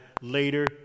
later